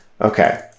Okay